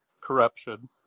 corruption